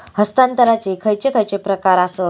हस्तांतराचे खयचे खयचे प्रकार आसत?